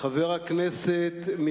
חבר הכנסת אורי אריאל, מוותר.